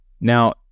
Now